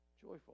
Joyful